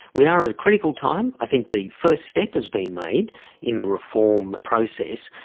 we are at a critical time. i think the first step has been made in the reform process,